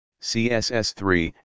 CSS3